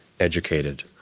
educated